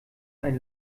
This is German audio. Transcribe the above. ein